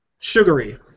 Sugary